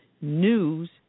news